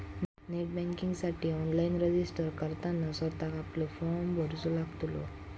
net बँकिंगसाठी online registered करताना स्वतःक आपलो फॉर्म भरूचो लागतलो